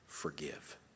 forgive